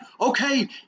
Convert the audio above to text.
Okay